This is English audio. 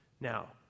now